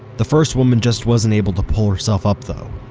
the first woman just wasn't able to pull herself up though.